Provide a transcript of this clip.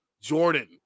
jordan